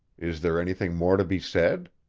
is there anything more to be said?